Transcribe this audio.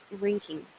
ranking